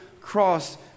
cross